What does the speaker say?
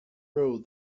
road